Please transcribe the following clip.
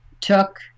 took